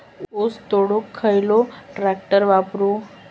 ऊस तोडुक खयलो ट्रॅक्टर वापरू?